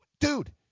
dude